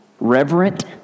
reverent